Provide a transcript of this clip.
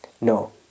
No